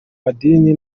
madini